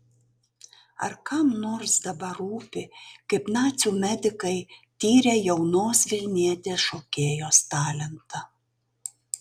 ar kam nors dabar rūpi kaip nacių medikai tyrė jaunos vilnietės šokėjos talentą